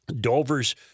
Dover's